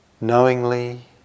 knowingly